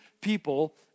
people